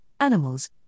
animals